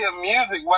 music